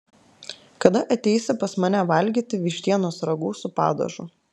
kada ateisi pas mane valgyti vištienos ragu su padažu